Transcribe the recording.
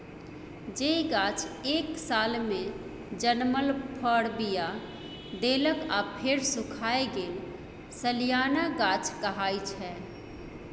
जे गाछ एक सालमे जनमल फर, बीया देलक आ फेर सुखाए गेल सलियाना गाछ कहाइ छै